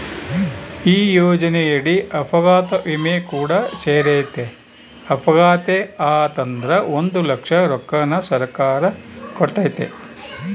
ಈ ಯೋಜನೆಯಡಿ ಅಪಘಾತ ವಿಮೆ ಕೂಡ ಸೇರೆತೆ, ಅಪಘಾತೆ ಆತಂದ್ರ ಒಂದು ಲಕ್ಷ ರೊಕ್ಕನ ಸರ್ಕಾರ ಕೊಡ್ತತೆ